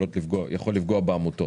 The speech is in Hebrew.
יכול לפגוע בעמותות.